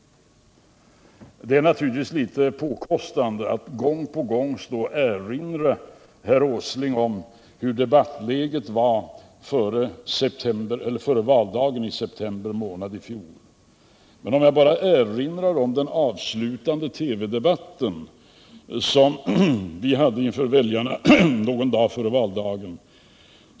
Det är naturligtvis litet påkostande att gång på gång erinra herr Åsling om hur debattläget var före valdagen i september i fjol. Jag vill bara erinra om den avslutande TV-debatt vi hade inför väljarna någon dag före valdagen.